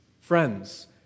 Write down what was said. friends